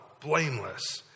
blameless